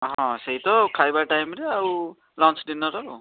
ହଁ ସେଇତ ଖାଇବା ଟାଇମ୍ରେ ଆଉ ଲଞ୍ଚ ଡିନର୍ ଆଉ